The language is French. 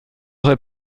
aurai